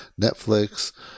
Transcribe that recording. Netflix